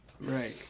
right